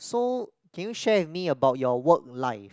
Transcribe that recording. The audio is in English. so can you share with me about your work life